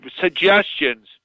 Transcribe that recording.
suggestions